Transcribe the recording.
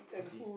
pussy